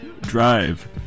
drive